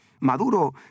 Maduro